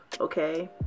okay